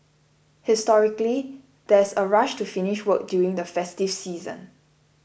historically there's a rush to finish work during the festive season